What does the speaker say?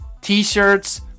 T-shirts